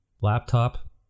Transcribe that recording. laptop